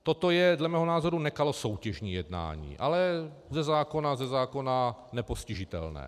Toto je dle mého názoru nekalosoutěžní jednání, ale ze zákona nepostižitelné.